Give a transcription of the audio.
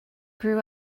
grew